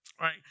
right